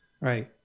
right